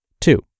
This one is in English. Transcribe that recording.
Two